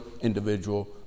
individual